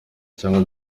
cyangwa